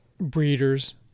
breeders